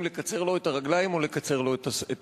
לקצר לו את הרגליים או לקצר לו את הראש.